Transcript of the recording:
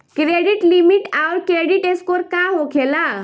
Credit limit आउर credit score का होखेला?